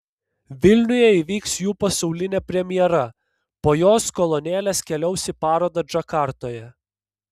vilniuje įvyks jų pasaulinė premjera po jos kolonėlės keliaus į parodą džakartoje